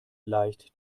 leicht